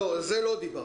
על זה לא דיברנו.